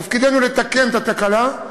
תפקידנו לתקן את התקלה.